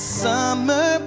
summer